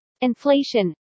Inflation